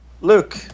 Luke